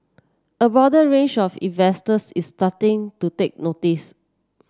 a broader range of investors is starting to take notice